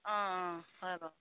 অঁ অঁ হয় বাৰু